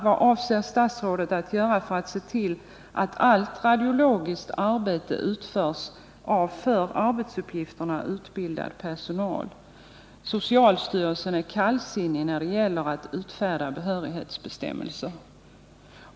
Vad avser statsrådet att göra för att se till att allt radiologiskt arbete utförs av för arbetsuppgifterna utbildad personal? Socialstyrelsen är kallsinnig när det gäller att utfärda behörighetsbestämmelser.